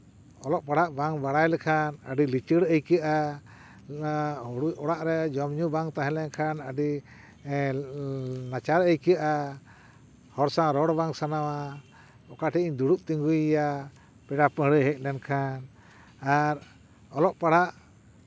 ᱚᱞᱚᱜ ᱯᱟᱲᱦᱟᱜ ᱵᱟᱝ ᱵᱟᱲᱟᱭ ᱞᱮᱠᱷᱟᱱ ᱟᱹᱰᱤ ᱞᱤᱪᱟᱹᱲ ᱟᱹᱭᱠᱟᱹᱜᱼᱟ ᱚᱲᱟᱜ ᱨᱮ ᱡᱚᱢ ᱧᱩ ᱵᱟᱝ ᱛᱟᱦᱮᱸ ᱞᱮᱱᱠᱷᱟᱱ ᱟᱹᱰᱤ ᱱᱟᱪᱟᱨ ᱟᱹᱭᱠᱟᱹᱜᱼᱟ ᱦᱚᱲ ᱴᱷᱮᱡ ᱨᱚᱲ ᱵᱟᱝ ᱥᱟᱱᱟᱣᱟ ᱚᱠᱟ ᱴᱷᱮᱡ ᱤᱧ ᱫᱩᱲᱩᱵ ᱛᱤᱸᱜᱩᱭᱮᱭᱟ ᱯᱮᱲᱟ ᱯᱟᱹᱲᱦᱟᱹᱜ ᱦᱮᱡ ᱞᱮᱱᱠᱷᱟᱱ ᱟᱨ ᱚᱞᱚᱜ ᱯᱟᱲᱦᱟᱜ